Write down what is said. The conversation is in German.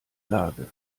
lage